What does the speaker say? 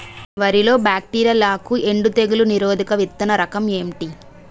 వరి లో బ్యాక్టీరియల్ ఆకు ఎండు తెగులు నిరోధక విత్తన రకం ఏంటి?